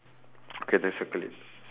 okay then circle it